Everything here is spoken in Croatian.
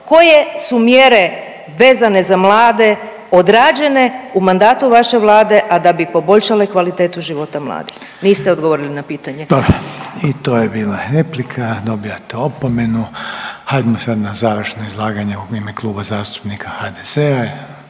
koje su mjere vezane za mlade odrađene u mandatu vaše Vlade a da bi poboljšale kvalitetu života mladih? Niste odgovorili na pitanje. **Reiner, Željko (HDZ)** Dobro. I to je bila replika dobivate opomenu. Hajdmo sad na završno izlaganje u ime Kluba zastupnika HDZ-a